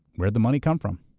where'd the money come from?